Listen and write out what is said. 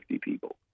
people